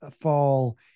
fall